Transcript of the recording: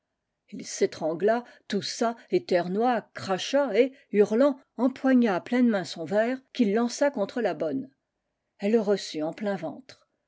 ii s'étrangla toussa éternua cracha et hurlant empoigna à pleine main son verre qu'il lança contre la bonne elle le reçut en plein ventre